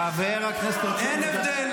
אין הבדל בחוק בין יהודים לערבים.